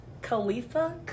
Khalifa